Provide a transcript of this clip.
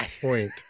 point